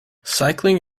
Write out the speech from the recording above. cycling